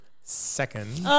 second